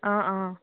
অঁ অঁ